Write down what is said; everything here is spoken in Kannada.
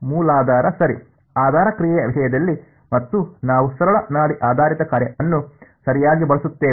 ಮೂಲಾಧಾರ ಸರಿ ಆಧಾರ ಕ್ರಿಯೆಯ ವಿಷಯದಲ್ಲಿ ಮತ್ತು ನಾವು ಸರಳ ನಾಡಿ ಆಧಾರಿತ ಕಾರ್ಯವನ್ನು ಸರಿಯಾಗಿ ಬಳಸುತ್ತೇವೆ